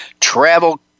Travel